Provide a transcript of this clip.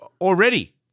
already